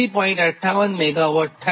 58 MW થાય